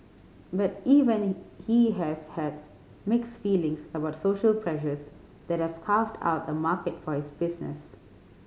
but even he has has mixed feelings about social pressures that carved out a market for his business